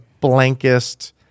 blankest